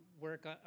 work